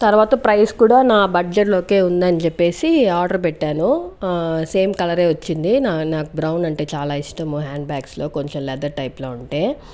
తర్వాత ప్రైస్ కూడా నా బడ్జెట్లోకే ఉంది అని చెప్పేసి ఆర్డర్ పెట్టాను సేమ్ కలరే వచ్చింది నా నాకు బ్రౌన్ అంటే చాలా ఇష్టము హ్యాండ్ బ్యాగ్స్లో కొంచం లెదర్ టైప్లో ఉంటే